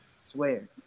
Swear